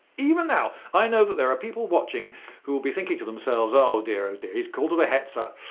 even now, i know that there are people watching who will be thinking to themselves, oh dear, oh dear, he's called it a hetzer,